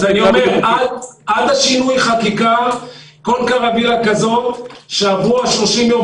אני אומר שעד שינוי החקיקה כל קרווילה כזו שעברו 30 היום,